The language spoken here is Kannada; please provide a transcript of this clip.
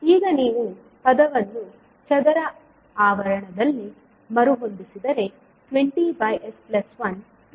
ಈಗ ನೀವು ಪದವನ್ನು ಚದರ ಆವರಣದಲ್ಲಿ ಮರುಹೊಂದಿಸಿದರೆ 20s1 20s2